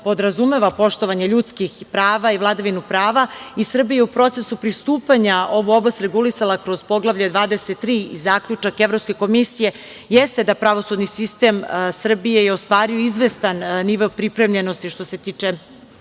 podrazumeva poštovanje ljudskih prava i vladavinu prava i Srbija je u procesu pristupanja ovu oblast regulisala kroz Poglavlje 23 i zaključak Evropske komisije jeste da pravosudni sistem Srbije ostvaruje izvestan nivo pripremljenosti što se tiče